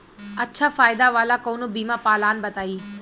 अच्छा फायदा वाला कवनो बीमा पलान बताईं?